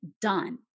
done